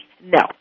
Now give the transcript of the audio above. No